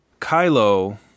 Kylo